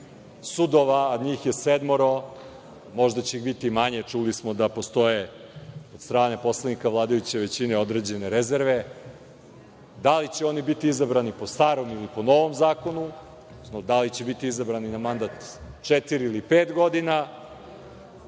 sudova, a njih je sedmoro, možda će ih biti i manje, čuli smo da postoje od strane poslanika vladajuće većine određene rezerve, da li će oni biti izabrani po starom ili po novom zakonu, odnosno da li će biti izabrani na mandat od četiri ili pet godina,